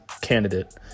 candidate